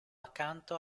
accanto